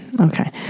Okay